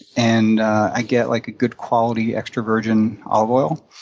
and i get like a good-quality extra virgin olive oil,